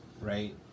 right